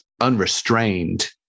unrestrained